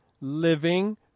living